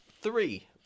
three